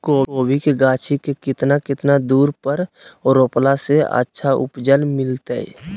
कोबी के गाछी के कितना कितना दूरी पर रोपला से अच्छा उपज मिलतैय?